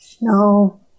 No